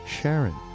Sharon